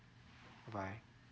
bye